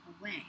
away